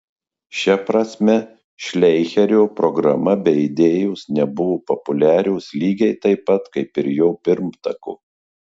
šia prasme šleicherio programa bei idėjos nebuvo populiarios lygiai taip pat kaip ir jo pirmtako